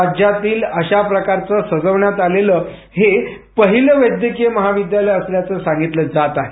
राज्यातील अशा प्रकारे सजविण्यात आलेले हे पहिलं वैद्यकीय महाविद्यालय असल्याचे सांगितलं जात आहे